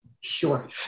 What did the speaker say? Sure